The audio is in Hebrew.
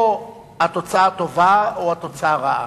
או שהתוצאה טובה או שהתוצאה רעה,